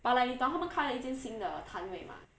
but like 你懂他们开了一间新的摊位 mah